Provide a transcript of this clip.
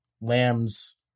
lambs